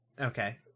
Okay